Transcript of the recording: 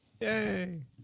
Yay